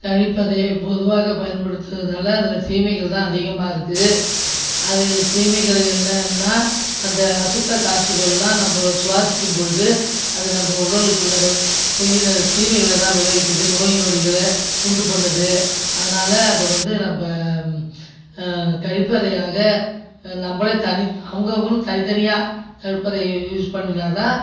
கழிப்பறையை பொதுவாக பயன்படுத்துவதால் அதில் தீமைகள் தான் அதிகமாக இருக்கு அதில் தீமைகள் என்னென்னா அந்த அசுத்த காற்றுகள்லாம் நம்ம சுவாசிக்கும் பொழுது அது நம்ம உடலுக்குள்ளாற போயி அது தீமைகளை தான் விளைவிக்குது நோய் நொடிகளை உண்டு பண்ணுது அதனால் அது வந்து நம்ம கழிப்பறையாக நம்மளே தனி அவங்கவுங்களு தனி தனியா கழிப்பறையை யூஸ் பண்ணினா தான்